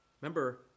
Remember